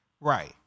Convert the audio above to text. Right